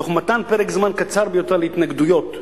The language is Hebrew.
תוך מתן פרק זמן קצר ביותר להתנגדויות לאנשים,